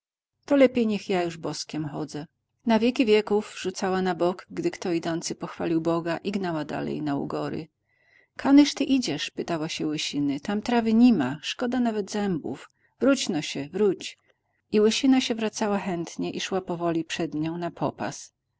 to lepiej niech już ja boskem chodzę na wieki wieków rzucała na bok gdy kto idący pochwalił boga i gnała dalej na ugory kanyż ty idziesz pytała się łysiny tam trawy nima szkoda nawet zębów wróćno sie wróć i łysina się wracała chętnie i szła powoli przed nią na popas